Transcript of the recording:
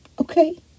Okay